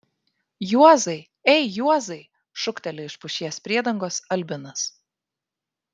juozai ei juozai šūkteli iš pušies priedangos albinas